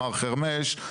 מר חרמש.